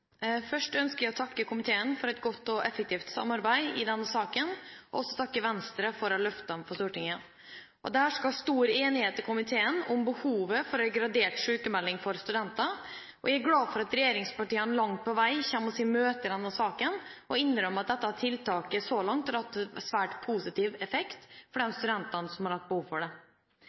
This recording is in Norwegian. Først ønsker jeg å takke komiteen for et godt og effektivt samarbeid i denne saken. Jeg vil også takke Venstre for å ha løftet saken for Stortinget. Det har hersket stor enighet i komiteen om behovet for gradert sykmelding for studenter. Jeg er glad for at regjeringspartiene langt på vei kommer oss i møte i denne saken, og innrømmer at dette tiltaket så langt har hatt svært positiv effekt for de studentene som har hatt behov for det.